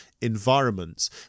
environments